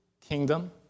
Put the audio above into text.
kingdom